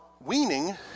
weaning